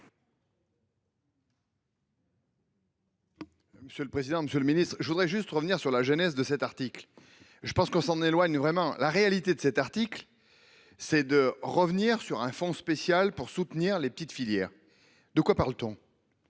Monsieur le président, Monsieur le Ministre, je voudrais juste revenir sur la jeunesse de cet article. Je pense qu'on s'en éloigne vraiment la réalité de cet article. C'est de revenir sur un fonds spécial pour soutenir les petites filières. De quoi parle-t-on.